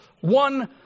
one